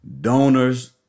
donors